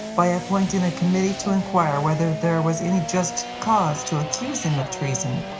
by appointing a committee to inquire whether there was any just cause to accuse him of treason.